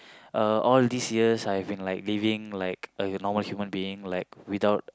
uh all these years I have been like living like a normal human being like without